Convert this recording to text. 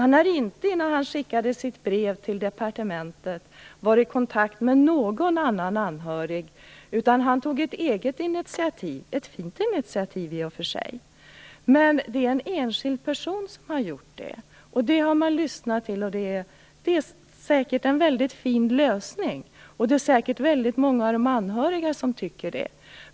När han skickade sitt brev till departementet hade han inte varit i kontakt med någon annan anhörig. Han tog ett eget initiativ, ett fint initiativ i och för sig. Men det är en enskild person som har gjort det. Det har man lyssnat till. Det är säkert en mycket fin lösning. Det är säkert väldigt många av de anhöriga som tycker det.